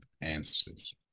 answers